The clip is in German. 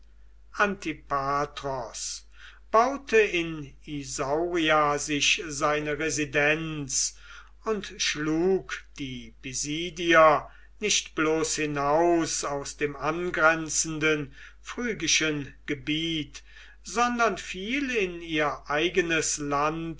antipatros baute in isauria sich seine residenz und schlug die pisidier nicht bloß hinaus aus dem angrenzenden phrygischen gebiet sondern fiel in ihr eigenes land